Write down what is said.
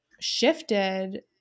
shifted